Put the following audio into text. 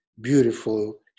beautiful